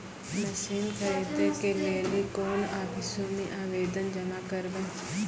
Machine खरीदै के लेली कोन आफिसों मे आवेदन जमा करवै?